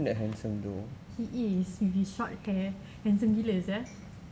he is with his short hair handsome gila sia